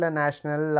national